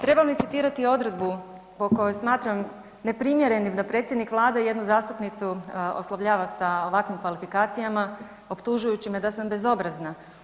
Trebam li citirati odredbu po kojoj smatram neprimjerenim da predsjednik Vlade jednu zastupnicu oslovljava sa ovakvim kvalifikacijama optužujući me da sam bezobrazna.